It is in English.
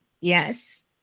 yes